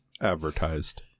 advertised